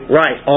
right